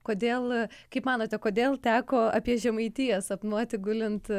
kodėl kaip manote kodėl teko apie žemaitiją sapnuoti gulint